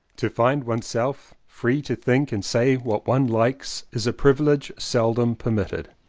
to find one's self free to think and say what one likes is a privilege seldom per mitted,